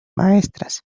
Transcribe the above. maestras